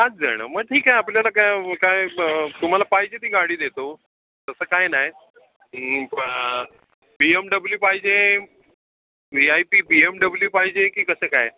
पाचजणं मग ठीक आहे आपल्याला काय काय तुम्हाला पाहिजे ती गाडी देतो तसं काही नाही बी एम डब्लू पाहिजे V I P B M W पाहिजे आहे की कसं काय